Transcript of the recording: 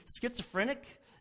schizophrenic